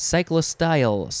Cyclostyle